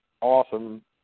awesome